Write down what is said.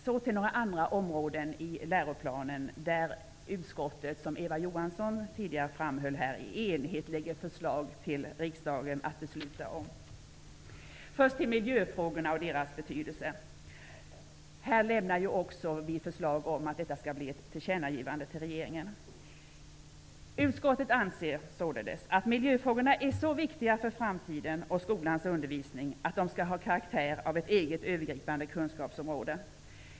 Så till några andra områden i läroplanen där utskottet i enighet -- Eva Johansson framhöll det tidigare -- lägger fram förslag till riksdagen att i dag besluta om. Först om miljöfrågorna och deras betydelse. Här lämnar vi ett förslag om det skall bli ett tillkännagivande till regeringen. Utskottet anser att miljöfrågorna är så viktiga för framtiden och i skolans undervisning, att de skall ha karaktären av ett eget övergripande kunskapsområde.